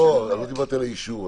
לא, לא דיברתי על האישור.